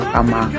ama